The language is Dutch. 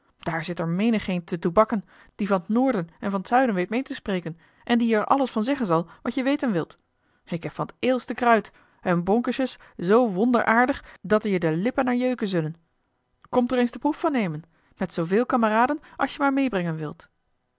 daar zit er menigeen te toebacken die van t noorden en van t zuiden weet meê te spreken en die er je alles van zeggen zal wat je weten wilt ik heb van het eêlste kruid en bonkesjes zoo wonder aardig dat er je de lippen naar jeuken zullen komt er eens de proef van nemen met zooveel kameraden als je maar meêbrengen wilt